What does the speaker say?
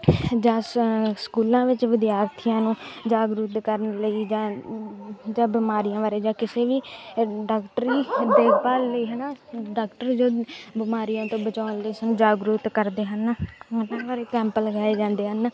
ਜਾਂ ਸਕੂਲਾਂ ਵਿੱਚ ਵਿਦਿਆਰਥੀਆਂ ਨੂੰ ਜਾਗਰੂਕ ਕਰਨ ਲਈ ਜਾਂ ਜਾਂ ਬਿਮਾਰੀਆਂ ਬਾਰੇ ਜਾਂ ਕਿਸੇ ਵੀ ਡਾਕਟਰੀ ਦੇਖਭਾਲ ਲਈ ਹੈ ਨਾ ਡਾਕਟਰੀ ਜੋ ਬਿਮਾਰੀਆਂ ਤੋਂ ਬਚਾਉਣ ਲਈ ਸਾਨੂੰ ਜਾਗਰੂਕ ਕਰਦੇ ਹਨ ਉਹਨਾਂ ਬਾਰੇ ਕੈਂਪ ਲਗਾਏ ਜਾਂਦੇ ਹਨ